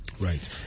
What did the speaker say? Right